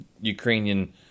Ukrainian